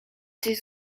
coś